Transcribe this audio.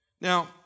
Now